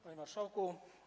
Panie Marszałku!